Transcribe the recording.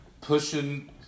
pushing